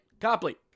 Copley